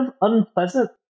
unpleasant